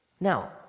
Now